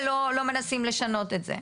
ולא מנסים לשנות את זה?